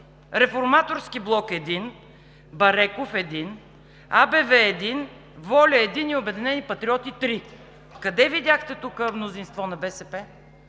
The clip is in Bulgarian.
Реформаторски блок – 1; Бареков – 1; АБВ – 1; „Воля“ – 1 и „Обединени патриоти“ – 3. Къде видяхте тук мнозинство на БСП?